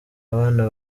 abana